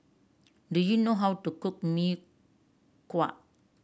do you know how to cook Mee Kuah